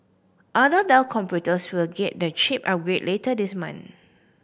other Dell computers will get the chip upgrade later this month